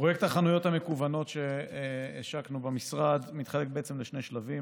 פרויקט החנויות המקוונות שהשקנו במשרד מתחלק בעצם לשני שלבים.